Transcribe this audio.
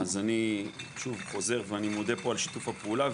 אני שוב וחוזר ומודה על שיתוף הפעולה,